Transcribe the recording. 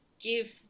give